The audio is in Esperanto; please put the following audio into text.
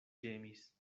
ĝemis